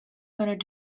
going